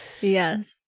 Yes